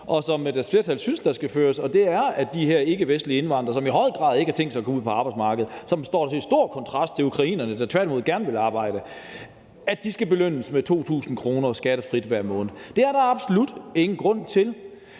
og som deres flertal synes der skal føres. Og det er, at de her ikkevestlige indvandrere, som i høj grad ikke har tænkt sig at komme ud på arbejdsmarkedet, og som står i stor kontrast til ukrainerne, der tværtimod gerne vil arbejde, skal belønnes med 2.000 kr. skattefrit hver måned. Det er der absolut ingen grund til.